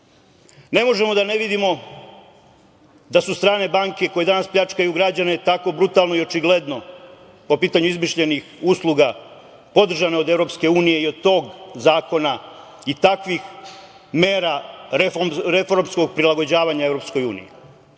možemo da ne vidimo da su strane banke koje danas pljačkaju građane tako brutalno i očigledno po pitanju izmišljenih usluga podržane od EU, i od tog zakona i takvih mera reformskog prilagođavanja EU.Ne